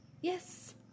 yes